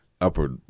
upper